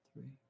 three